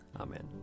Amen